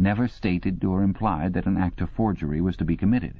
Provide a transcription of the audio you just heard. never stated or implied that an act of forgery was to be committed